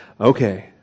okay